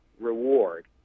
reward